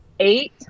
Eight